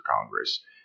Congress